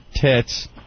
tits